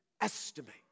estimate